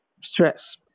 stress